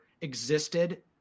existed